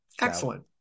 Excellent